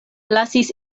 lasis